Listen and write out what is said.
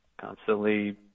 constantly